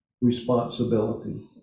responsibility